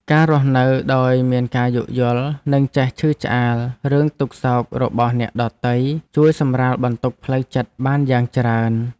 ការរស់នៅដោយមានការយោគយល់និងចេះឈឺឆ្អាលរឿងទុក្ខសោករបស់អ្នកដទៃជួយសម្រាលបន្ទុកផ្លូវចិត្តបានយ៉ាងច្រើន។